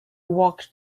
walked